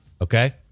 okay